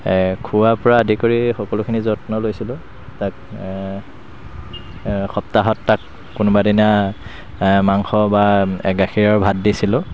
খুওৱাৰ পৰা আদি কৰি সকলোখিনি যত্ন লৈছিলোঁ তাক সপ্তাহত তাক কোনোবাদিনা মাংস বা গাখীৰৰ ভাত দিছিলোঁ